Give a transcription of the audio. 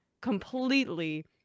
completely